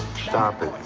stop it.